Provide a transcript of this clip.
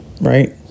Right